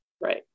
Right